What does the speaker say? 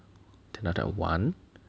another one